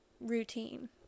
routine